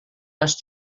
les